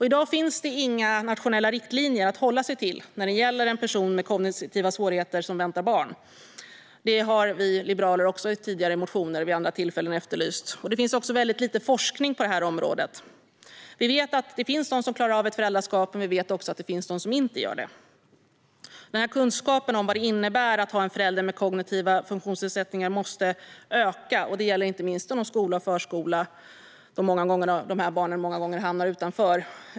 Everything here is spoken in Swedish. I dag finns det inga nationella riktlinjer att hålla sig till när det gäller en person med kognitiva svårigheter som väntar barn. Detta är något som vi liberaler har efterlyst i tidigare motioner och vid andra tillfällen. Det finns också väldigt lite forskning på detta område. Vi vet att det finns de som klarar av ett föräldraskap, men vi vet också att de finns de som inte gör det. Kunskapen om vad det innebär att ha en förälder med kognitiva funktionsnedsättningar måste öka. Det gäller inte minst inom skola och förskola, där de här barnen många gånger hamnar utanför.